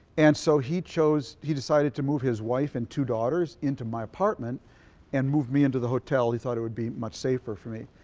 and so he chose. he decided to move his wife and two daughters into my apartment and move me into the hotel. he thought it would be much safer for me.